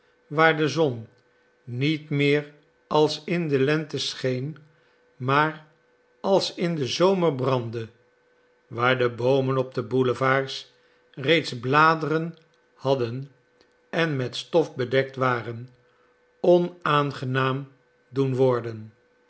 waar de zon niet meer als in de lente scheen maar als in den zomer brandde waar de boomen op de boulevards reeds bladeren hadden en met stof bedekt waren onaangenaam doen worden